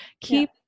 Keep